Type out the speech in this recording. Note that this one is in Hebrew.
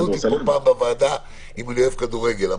עלתה פה שאלה שככה הועלתה על ידי חלק מהדוברים אבל